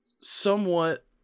somewhat